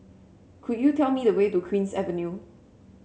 could you tell me the way to Queen's Avenue